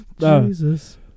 Jesus